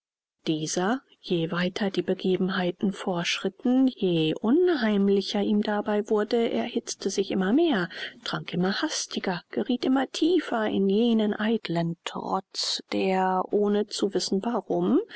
dieser je weiter die begebenheiten vorschritten je unheimlicher ihm dabei wurde erhitzte sich immer mehr trank immer hastiger gerieth immer tiefer in jenen eitlen trotz der ohne zu wissen warum